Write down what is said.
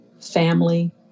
family